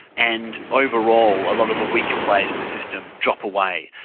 and overall a lot of the weaker players in the system drop away.